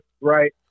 right